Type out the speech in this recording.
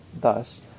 Thus